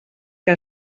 que